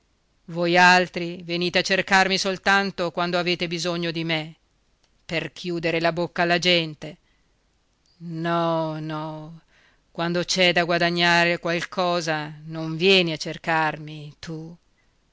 signoroni voialtri venite a cercarmi soltanto quando avete bisogno di me per chiudere la bocca alla gente no no quando c'è da guadagnare qualcosa non vieni a cercarmi tu